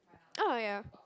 ah ya